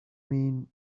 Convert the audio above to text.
mean